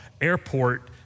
airport